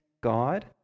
God